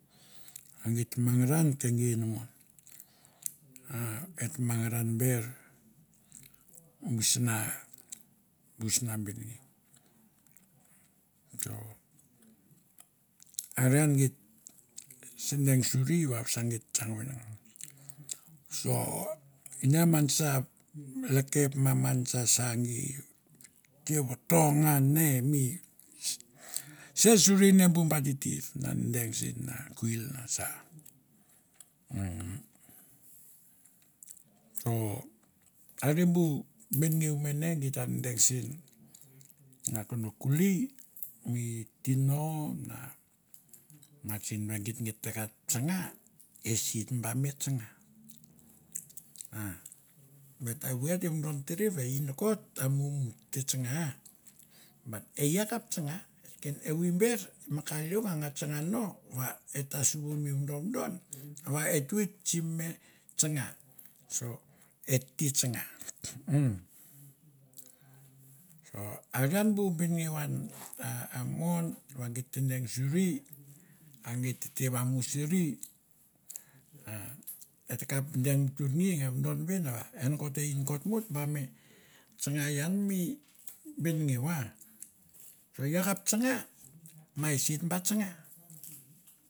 A gi ta mangaran ke gei inamon, a eta mangaran buer misna busna benengeu, so are an geit si deng suri vav sa geit tsang venengan. So ine man sar lekep ma man sa sa gi te voto ngan ne mi ser suria ne bu ba titir na deng sen na kwila na sa a ah so ka e bu benngeu mene geit ta deng sen na kono kuli mi tino na ma sen va e geit, geit kap tsanga, ese ta ba me tsanga? Ah evoi ete vodon tere va e i nokot te mumu, te tsanga ah? Bat e i akap tsanga, evoi ber mi ka leong a nga tsanga no, va e ta suvan mi vodovodon va eta oit sim me tsanga. Sa et te tsanga. So are an bu benengeu an a a mon va geit te deng suri a geit tete vamusuri, ah eta kap deng vuturingi nge vodon ven va e nokot e i nokot mo ta ba me tsanga ian mi bengeu ah, so e i akap tsanga, ma ese ta ba tsanga.